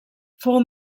fou